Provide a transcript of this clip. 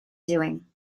doing